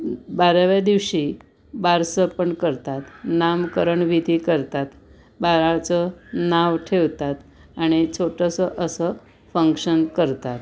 बाराव्या दिवशी बारसं पण करतात नामकरण विधी करतात बाळाचं नाव ठेवतात आणि छोटंसं असं फंक्शन करतात